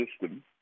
system